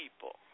people